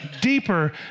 deeper